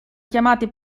chiamate